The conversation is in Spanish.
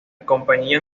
compañía